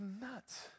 nuts